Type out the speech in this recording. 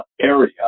area